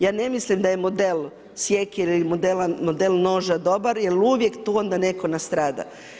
Ja ne mislim da je model sjekire ili model noža dobar jer uvijek tu onda netko nastrada.